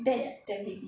that's damn heavy